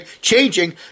changing